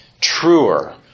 truer